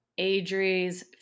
Adri's